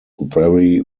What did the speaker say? very